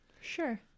Sure